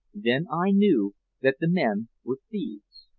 then i knew that the men were thieves.